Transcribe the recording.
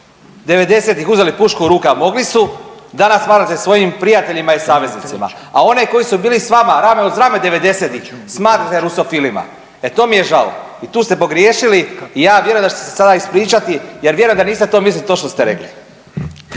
90-ih uzeli pušku u ruke, a mogli su, danas smatrate svojim prijateljima i saveznicima, a one koji su bili s vama rame uz rame 90-ih smatrate rusofilima. E to mi je žao i tu ste pogriješili i ja vjerujem da ćete se sada ispričati jer vjerujem da niste to mislili to što ste rekli.